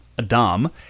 Adam